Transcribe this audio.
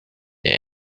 der